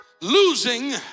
Losing